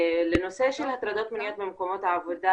לנושא של הטרדות מיניות במקומות העבודה.